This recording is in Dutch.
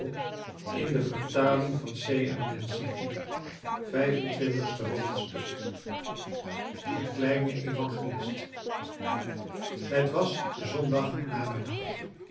twintigste hoofdstuk de kleine evangelist het was zondag namiddag